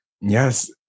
Yes